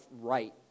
right